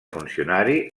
funcionari